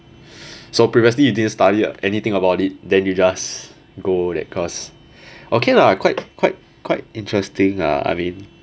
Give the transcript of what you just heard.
so previously you didn't study or anything about it then you just go that course okay lah quite quite quite interesting ah I mean